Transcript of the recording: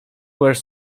were